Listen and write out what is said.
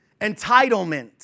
entitlement